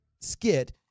skit